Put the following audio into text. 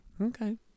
Okay